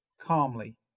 calmly